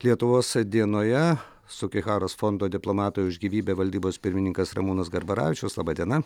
lietuvos dienoje sugiharos fondo diplomatui už gyvybę valdybos pirmininkas ramūnas garbaravičius laba diena